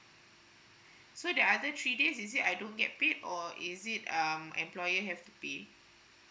so the other three days is it I don't get paid or is it um employer have to pay